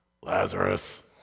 Lazarus